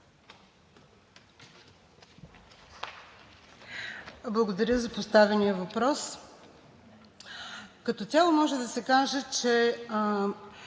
Благодаря за поставения въпрос. Като цяло може да се каже, че